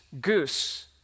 goose